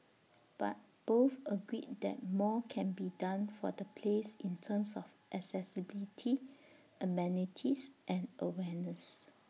but both agreed that more can be done for the place in terms of accessibility amenities and awareness